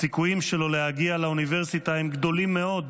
הסיכויים שלו להגיע לאוניברסיטה הם גדולים מאוד,